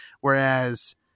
Whereas